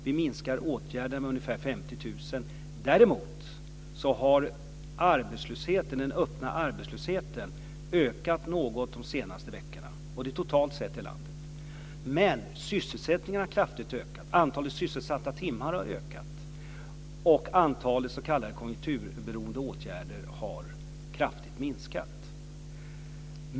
Vi minskar åtgärderna med ca 50 000. Däremot har den öppna arbetslösheten ökat något under de senaste veckorna totalt sett över landet. Men sysselsättningen har ökat kraftigt. Antalet sysselsatta timmar har ökat, och antalet s.k. konjunkturberoende åtgärder har minskat kraftigt.